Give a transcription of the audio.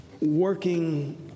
working